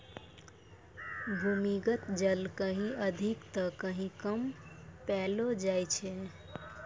भूमीगत जल कहीं अधिक त कहीं कम पैलो जाय छै